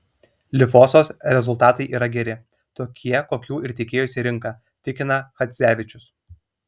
lifosos rezultatai yra geri tokie kokių ir tikėjosi rinka tikina chadzevičius